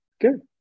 Good